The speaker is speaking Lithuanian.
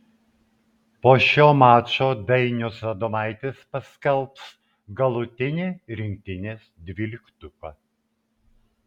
po šio mačo dainius adomaitis paskelbs galutinį rinktinės dvyliktuką